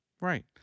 Right